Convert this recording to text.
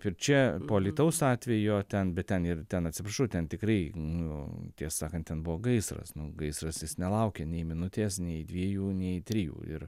ir čia po alytaus atvejo ten bet ten ir ten atsiprašau ten tikrai nu tiesą sakant ten buvo gaisras gaisras jis nelaukė nei minutės nei dviejų nei trijų ir